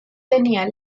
tenía